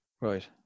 Right